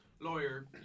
Lawyer